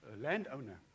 landowner